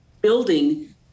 building